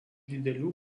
didelių